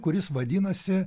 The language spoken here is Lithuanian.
kuris vadinasi